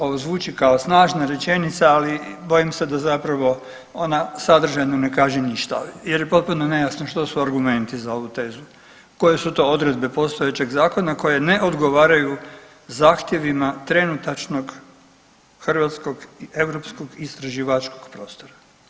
Ovo zvuči kao snažna rečenica, ali bojim se da zapravo ona sadržajno ne kaže ništa jer je potpuno nejasno što su argumenti za ovu tezu, koje su to odredbe postojećeg zakona koje ne odgovaraju zahtjevima trenutačnog hrvatskog i europskog istraživačkog prostora.